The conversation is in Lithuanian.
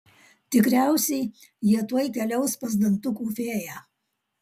tikriausiai jie tuoj keliaus pas dantukų fėją